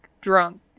drunk